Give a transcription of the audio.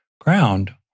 ground